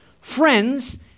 friends